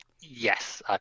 Yes